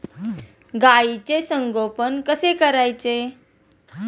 गाईचे संगोपन कसे करायचे?